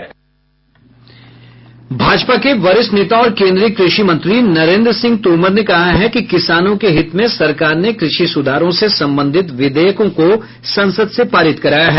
भाजपा के वरिष्ठ नेता और केन्द्रीय कृषि मंत्री नरेन्द्र सिंह तोमर ने कहा है कि किसानों के हित में सरकार ने कृषि सुधारों से संबंधित विधेयकों को संसद से पारित कराया है